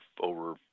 over